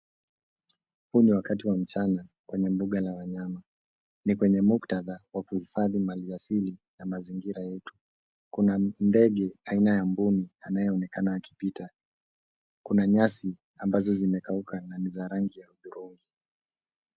Huu ni wakati wa mchana kwenye mbuga la wanyama ni kwenye muktadha wa kuhifadhi mali asili na mazingira yetu, kuna ndege aina ya mbuni anayeonekana akipita, kuna nyasi ambazo zimekauka na ni za rangi ya hudhurungi.